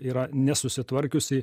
yra nesusitvarkiusi